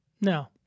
Now